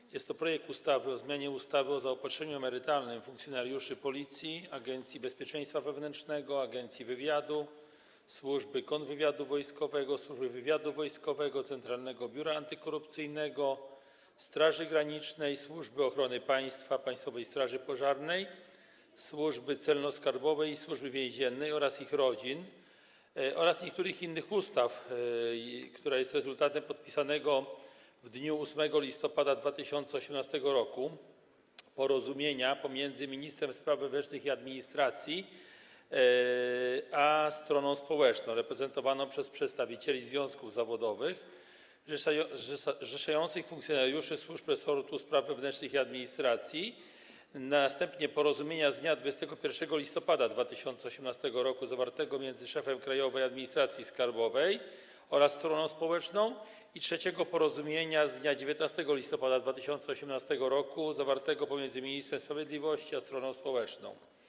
Jest to rządowy projekt ustawy o zmianie ustawy o zaopatrzeniu emerytalnym funkcjonariuszy Policji, Agencji Bezpieczeństwa Wewnętrznego, Agencji Wywiadu, Służby Kontrwywiadu Wojskowego, Służby Wywiadu Wojskowego, Centralnego Biura Antykorupcyjnego, Straży Granicznej, Służby Ochrony Państwa, Państwowej Straży Pożarnej, Służby Celno-Skarbowej i Służby Więziennej oraz ich rodzin oraz niektórych innych ustaw, który jest rezultatem porozumień: podpisanego w dniu 8 listopada 2018 r. porozumienia pomiędzy ministrem spraw wewnętrznych i administracji a stroną społeczną reprezentowaną przez przedstawicieli związków zawodowych zrzeszających funkcjonariuszy służb podlegających resortowi spraw wewnętrznych i administracji, porozumienia z dnia 21 listopada 2018 r. zawartego pomiędzy szefem Krajowej Administracji Skarbowej a stroną społeczną oraz porozumienia z dnia 19 listopada 2018 r. zawartego pomiędzy ministrem sprawiedliwości a stroną społeczną.